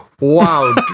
wow